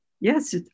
Yes